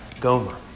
Gomer